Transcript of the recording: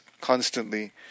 constantly